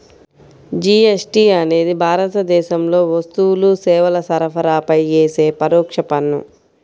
GST అనేది భారతదేశంలో వస్తువులు, సేవల సరఫరాపై యేసే పరోక్ష పన్ను